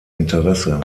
interesse